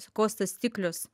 kostas stiklius